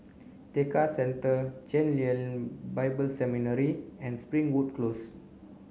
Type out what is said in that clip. Tekka Centre Chen Lien Bible Seminary and Springwood Close